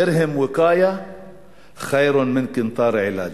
דִרְהַם וִקַאיַה חַ'יר מִן קִנְטַאר עֵלַאג'.